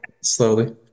slowly